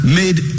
made